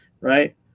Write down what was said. Right